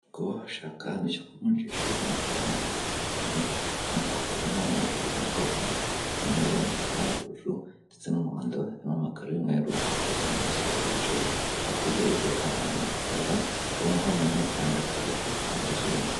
Kuba washaka ahantu ujya kuvunjishiriza amafaranga ni byiza cyane nkuko tubibona hano hari hari ibirango birimo umweru, umukara uruvu ndetse n'umuhondo harimo amakaro y'umweru hakurya hari umusore wicaye ategereje abantu baza bakamuha amanyarwanda akabaha amazungu.